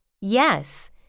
Yes